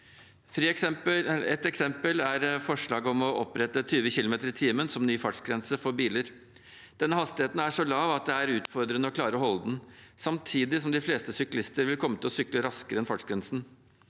Et eksempel er forslaget om å opprette 20 km/t som ny fartsgrense for biler. Denne hastigheten er så lav at det er utfordrende å klare å holde den, samtidig som de fleste syklister vil komme til å sykle raskere enn fartsgrensen.